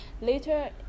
later